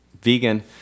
vegan